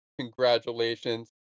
congratulations